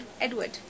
Edward